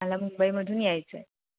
मला मुंबईमधून यायचं आहे